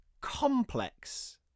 complex